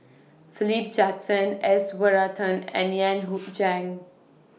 Philip Jackson S Varathan and Yan Hui Chang